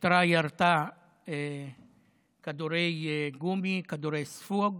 והמשטרה ירתה כדורי גומי, כדורי ספוג.